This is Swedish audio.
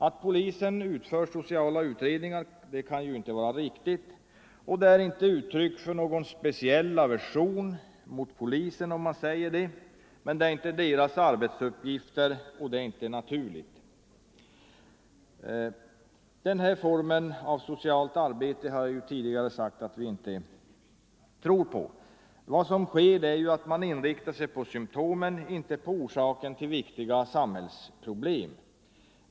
Att polisen utför sociala utredningar kan ju inte vara riktigt, och det är inget uttryck för någon aversion mot polisen om man säger detta. Det är inte dess arbetsuppgifter. Vad som nu sker är ju att man inriktar sig på symptomen, inte på Nr 116 orsakerna till viktiga samhällsproblem.